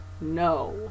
no